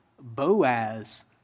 Boaz